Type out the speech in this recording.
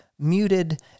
muted